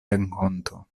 renkonto